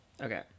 Okay